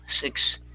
six